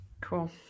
Cool